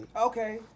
Okay